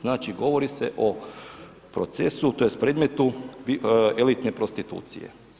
Znači govori se o procesu tj. predmetu elitne prostitucije.